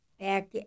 back